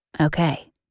Okay